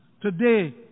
Today